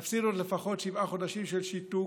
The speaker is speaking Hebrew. נפסיד, עוד לפחות שבעה חודשים של שיתוק,